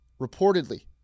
reportedly